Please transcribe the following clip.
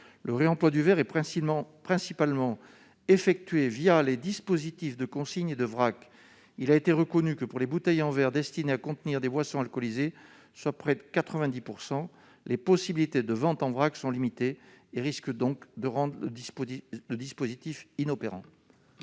Le réemploi du verre est principalement effectué les dispositifs de consigne et de vrac. Il est reconnu que, pour les bouteilles en verre destinées à contenir des boissons alcoolisées, soit près de 90 %, les possibilités de vente en vrac sont limitées et risquent de rendre le dispositif inopérant.